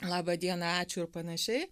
laba diena ačiū ir panašiai